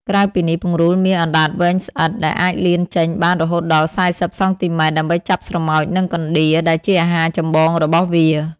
ក្រៅពីនេះ ពង្រូលមាន អណ្ដាតវែងស្អិត ដែលអាចលានចេញបានរហូតដល់ ៤០ សង់ទីម៉ែត្រ ដើម្បីចាប់ស្រមោច និងកណ្ដៀរ ដែលជាអាហារចម្បងរបស់វា។